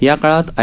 या काळात आय